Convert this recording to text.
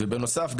בנוסף,